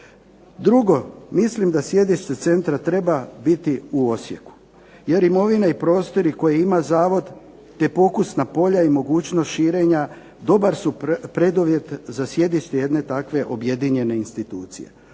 Drugo mislim da sjedište centra treba biti u Osijeku jer imovina prostori koje ima Zavod te pokusna polja i mogućnost širenja dobar su preduvjet za sjedište jedne takve objedinjene institucije.